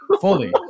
fully